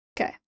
Okay